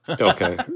Okay